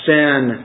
sin